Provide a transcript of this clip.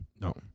No